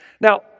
Now